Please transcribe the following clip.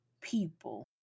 people